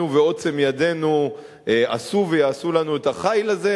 ועוצם ידנו עשו ויעשו לנו את החיל הזה,